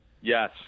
Yes